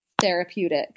therapeutic